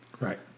Right